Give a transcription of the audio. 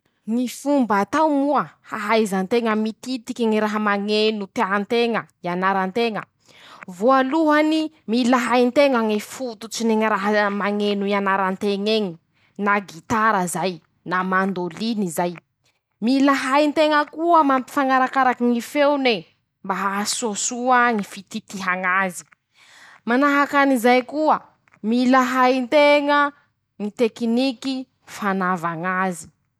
Ñy fomba atao moa ahaiza nteña mititiky ñy raha mañeno tean-teña: -Ianara nteña, voalohany mila hay nteña ñy fototsy ny ñy raha mañeno hianara nteñ'eñy, na gitara zay na mandôliny zay. -Mila hay nteña koa mapifañarakaraky ñy feone, mba ahasoasoa ñy fititihañ'azy, manahakan'izay koa. -Mila hay nteña ñy tekiniky fanavañ'azy.